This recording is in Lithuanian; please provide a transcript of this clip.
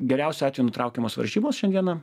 geriausiu atveju nutraukiamos varžybos šiandieną